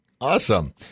Awesome